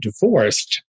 divorced